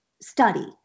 study